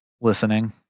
listening